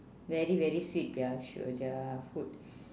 very very sweet their su~ their food